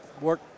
work